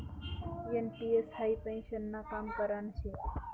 NPS हाई पेन्शननं काम करान शे